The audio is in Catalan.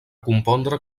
compondre